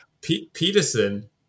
Peterson